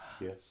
Yes